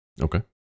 Okay